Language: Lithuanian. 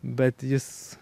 bet jis